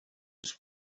was